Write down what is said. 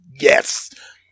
Yes